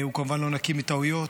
הוא כמובן לא נקי מטעויות,